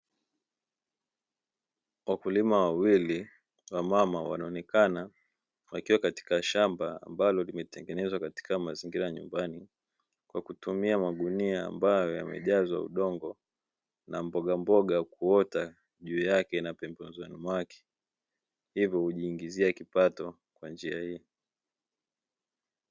Wakulima wawili wa mama wanaonekana wakiwa katika shamba ambalo limetengenezwa katika mazingira nyumbani kwa kutumia magunia, ambayo yamejazwa udongo na mbogamboga kuota juu yake na pembezoni mwake hivyo hujiingizia kipato kwa njia hii.